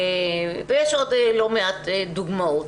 ויש עוד לא מעט דוגמאות.